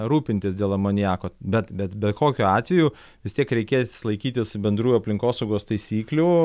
rūpintis dėl amoniako bet bet bet kokiu atveju vis tiek reikės laikytis bendrų aplinkosaugos taisyklių